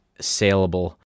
saleable